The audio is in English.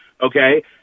okay